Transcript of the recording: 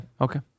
okay